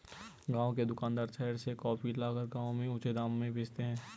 गांव के दुकानदार शहर से कॉफी लाकर गांव में ऊंचे दाम में बेचते हैं